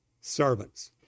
servants